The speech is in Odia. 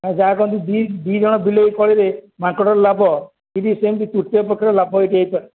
ଯାହାକହନ୍ତି ଦୁଇ ଜଣ ବିଲେଇ କହିଲେ ମାଙ୍କଡ଼ର ଲାଭ କି ସେମିତି ତୃତୀୟ ପକ୍ଷରେ ଲାଭ ହେଇଯାଇପାରେ